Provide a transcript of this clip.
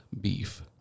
beef